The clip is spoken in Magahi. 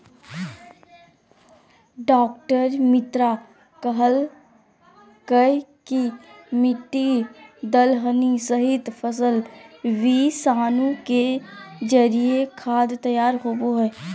डॉ मित्रा कहलकय कि मिट्टी, दलहनी सहित, फसल विषाणु के जरिए खाद तैयार होबो हइ